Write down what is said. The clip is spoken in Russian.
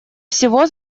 всего